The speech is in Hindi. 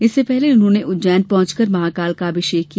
इससे पहले उन्होंने उज्जैन पहुंचकर महाकाल का अभिषेक किया